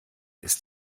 ist